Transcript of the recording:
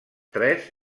tres